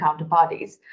counterparties